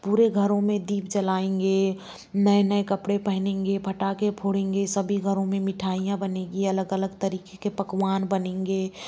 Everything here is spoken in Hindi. पूरे घरों में दीप जलाएंगे नए नए कपड़े पहनेगी पटाखे फोड़ेंगे सभी घरों में मिठाइयां बनेगी अलग अलग तरीके के पकवान बनेंगे